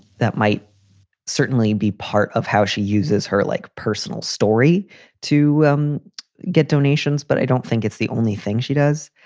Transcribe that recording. that might certainly be part of how she uses her like personal story to um get donations, but i don't think it's the only thing she does.